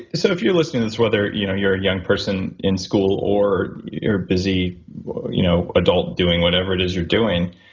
sort of you're listening to this whether you know you're a young person in school or you're a busy you know adult doing whatever it is you're doing,